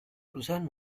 perusahaan